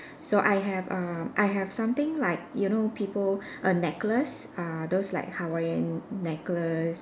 so I have err I have something like you know people err necklace uh those like Hawaiian necklace